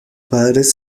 padres